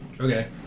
Okay